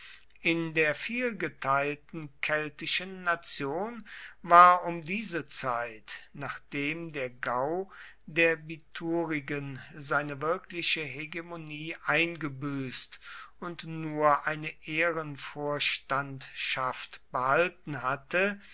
in der vielgeteilten keltischen nation war um diese zeit nachdem der gau der biturigen seine wirkliche hegemonie eingebüßt und nur eine ehrenvorstandschaft behalten hatte